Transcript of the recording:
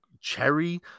cherry